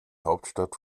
hauptstadt